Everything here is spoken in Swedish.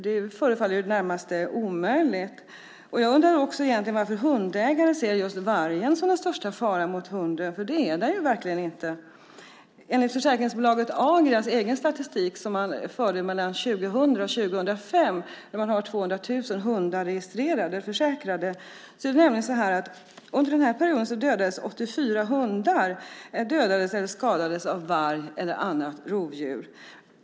Det förefaller närmast omöjligt. Jag undrar också varför hundägare ser just vargen som den största faran mot hunden; det är den verkligen inte. Försäkringsbolaget Agria har 200 000 registrerade och försäkrade hundar, och enligt Agrias egen statistik för åren 2000-2005 dödades eller skadades 84 hundar under den perioden av varg eller annat rovdjur.